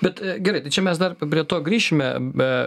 bet gerai tai čia mes dar prie to grįšime be